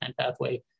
pathway